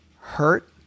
hurt